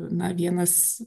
na vienas